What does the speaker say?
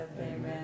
Amen